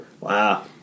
Wow